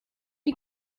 die